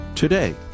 Today